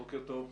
בוקר טוב.